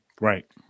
Right